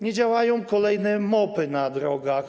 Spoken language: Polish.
Nie działają kolejne MOP-y na drogach.